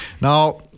now